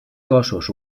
cossos